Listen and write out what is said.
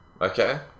Okay